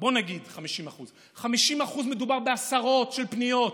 בוא נגיד 50%. אם זה 50%, מדובר בעשרות של פניות.